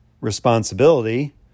responsibility